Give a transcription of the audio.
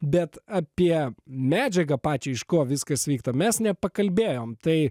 bet apie medžiagą pačią iš ko viskas vykta mes nepakalbėjom tai